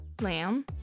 lamb